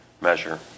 measure